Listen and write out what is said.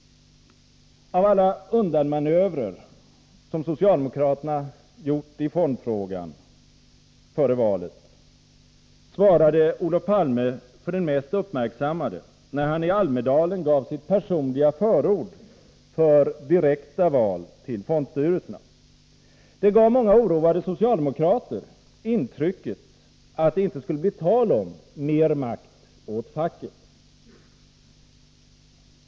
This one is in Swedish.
Av alla undanmanövrer som socialdemokraterna gjorde i fondfrågan före valet svarade Olof Palme för den mest uppmärksammade, när han i Almedalen gav sitt personliga förord för direkta val till fondstyrelserna. Det gav många oroade socialdemokrater intrycket att det inte skulle bli tal om mer makt åt facket.